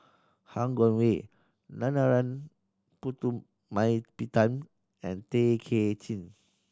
Han Guangwei Narana Putumaippittan and Tay Kay Chin